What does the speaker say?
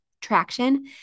traction